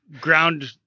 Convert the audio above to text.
ground